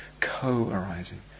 co-arising